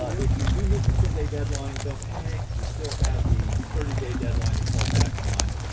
ah if you do miss the ten day deadline, don't panic. you still have the thirty day deadline to fall back on,